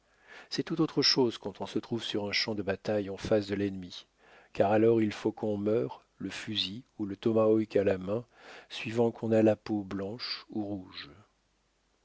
c'est tout autre chose quand on se trouve sur un champ de bataille en face de l'ennemi car alors il faut qu'on meure le fusil ou le tomahawk à la main suivant qu'on a la peau blanche ou rouge